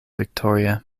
victoria